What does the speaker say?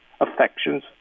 affections